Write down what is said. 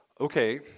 Okay